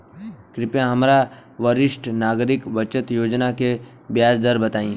कृपया हमरा वरिष्ठ नागरिक बचत योजना के ब्याज दर बताई